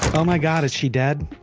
oh my god is she dead?